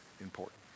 important